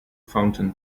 fountain